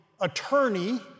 attorney